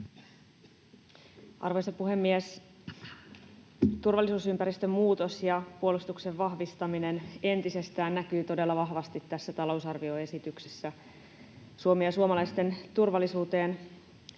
Arvoisa puhemies! Turvallisuusympäristön muutos ja puolustuksen vahvistaminen entisestään näkyvät todella vahvasti tässä talousarvioesityksessä. Suomen ja suomalaisten turvallisuuteen